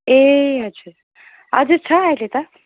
ए हजुर हजुर छ अहिले त